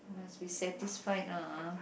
must be satisfied ah